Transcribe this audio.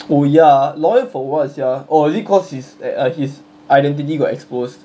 oh ya lawyer for what sia oh I think cause his uh his identity got exposed